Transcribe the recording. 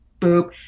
boop